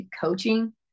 coaching